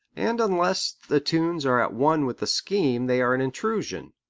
and unless the tunes are at one with the scheme they are an intrusion.